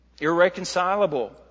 irreconcilable